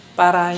para